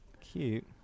cute